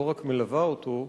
לא רק מלווה אותו,